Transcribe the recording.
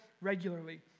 regularly